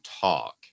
talk